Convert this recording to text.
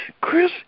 Chris